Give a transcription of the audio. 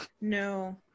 no